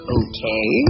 okay